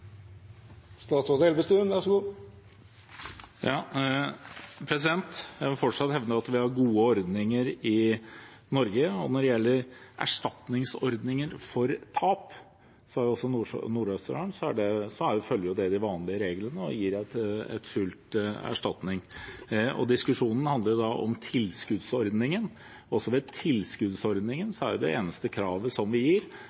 Jeg vil fortsatt hevde at vi har gode ordninger i Norge. Når det gjelder erstatningsordningen for tap – altså i Nord-Østerdal – følger man de vanlige reglene og gir full erstatning. Diskusjonen handler om tilskuddsordningen. Også for tilskuddsordningen er det